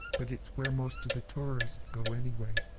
but it's where most of the tourists go anyway.